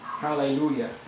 hallelujah